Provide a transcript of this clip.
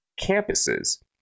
campuses